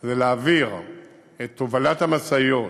היא להעביר את תובלת המשאיות